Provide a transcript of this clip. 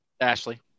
Ashley